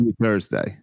Thursday